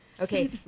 Okay